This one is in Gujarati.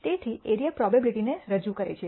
તેથી એરિયા પ્રોબેબીલીટી ને રજૂ કરે છે